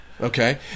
okay